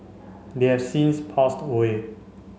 they have since passed away